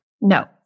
No